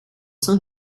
sein